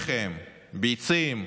לחם, ביצים,